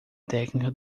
técnica